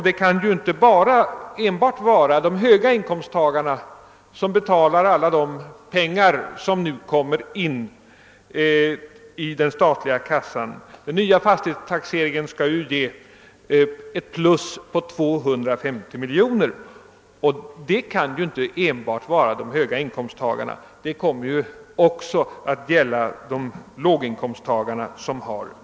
Det kan inte heller vara enbart de höga inkomsttagarna som svarar för alla de pengar som nu kommer in i den statliga kassan. Den nya fastighetstaxeringen skall ju ge ett plus på 250 miljoner kronor, och detta kommer naturligtvis också att få betalas av de låginkomsttagare som har villor.